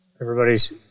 everybody's